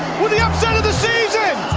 with the upset of the season!